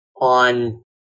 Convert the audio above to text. on